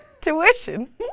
tuition